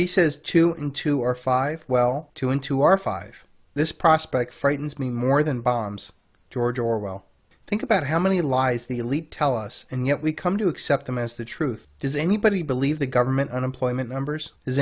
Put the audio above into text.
he says two in two or five well to into our five this prospect frightens me more than bombs george orwell think about how many lies the elite tell us and yet we come to accept them as the truth does anybody believe the government unemployment numbers does